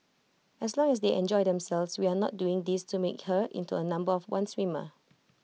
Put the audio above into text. as long as they enjoy themselves we are not doing this to make her into A number of one swimmer